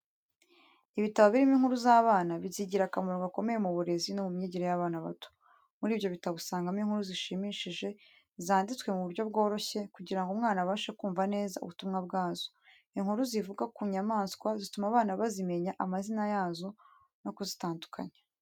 Ibitabo birimo inkuru z'abana zigira akamaro gakomeye mu burezi no mu myigire y'abana bato. Muri ibyo bitabo usangamo inkuru zishimishije zanditswe mu buryo bworoshye, kugira ngo umwana abashe kumva neza ubutumwa bwazo, inkuru zivuga ku nyamanswa, zituma abana bazimenya amazina yazo no kuzitandukanya.